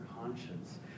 conscience